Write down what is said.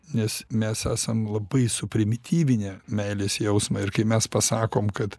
nes mes esam labai suprimityvinę meilės jausmą ir kai mes pasakom kad